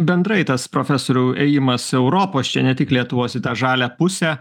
bendrai tas profesoriau ėjimas europos čia ne tik lietuvos į tą žalią pusę